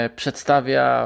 przedstawia